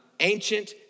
Ancient